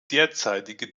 derzeitige